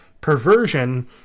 perversion